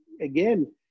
again